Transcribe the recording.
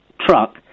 truck